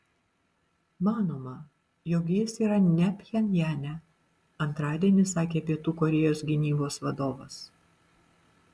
manoma jog jis yra ne pchenjane antradienį sakė pietų korėjos gynybos vadovas